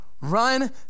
Run